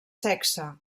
sexe